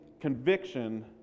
conviction